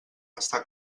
està